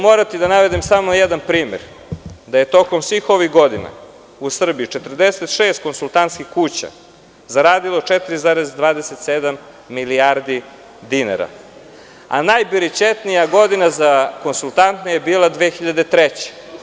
Moraću da navedem samo jedan primer da je tokom svih ovih godina u Srbiji 46 konsultantskih kuća zaradilo 4,27 milijardi dinara. najberićetnija godina za konsultante je bila 2003. godina.